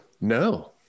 No